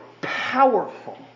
powerful